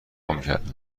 میکردم